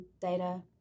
data